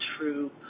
true